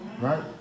right